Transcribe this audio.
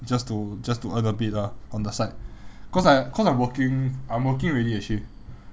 just to just to earn a bit lah on the side cause I'm cause I'm working I'm working already actually